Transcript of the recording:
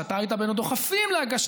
שאתה היית בין הדוחפים להגשתה,